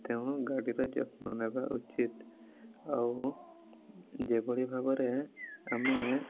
ତେଣୁ ଗାଡ଼ିର ଯତ୍ନ ନେବା ଉଚିତ୍ ଆଉ ଯେଉଁଭଳି ଭାବରେ ଆମେ